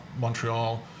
Montreal